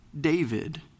David